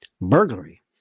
Burglary